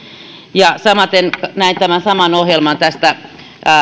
samaten näin tämän saman ohjelman jossa lapsi